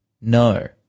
No